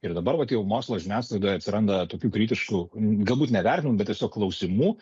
ir dabar vat jau mokslo žiniasklaidoje atsiranda tokių kritiškų galbūt ne vertinimų bet tiesiog klausimų